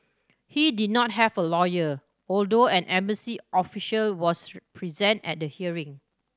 he did not have a lawyer although an embassy official was present at the hearing